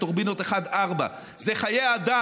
את טורבינות 1 4. אלה חיי אדם,